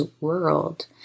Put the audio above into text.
world